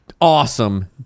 awesome